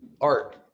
Art